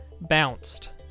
bounced